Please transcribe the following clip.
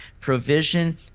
provision